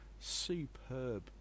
superb